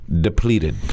depleted